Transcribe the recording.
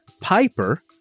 Piper